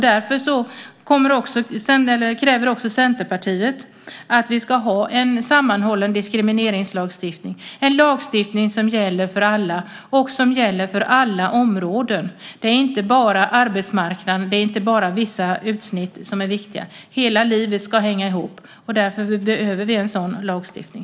Därför kräver också Centerpartiet att det ska finnas en sammanhållen diskrimineringslagstiftning. Det ska vara en lagstiftning som gäller för alla och för alla områden. Det är inte bara arbetsmarknaden eller vissa utsnitt som är viktiga. Hela livet ska hänga ihop. Därför behöver vi en sådan lagstiftning.